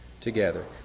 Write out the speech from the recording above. together